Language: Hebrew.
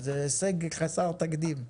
זה הישג חסר תקדים.